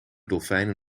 dolfijnen